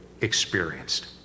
experienced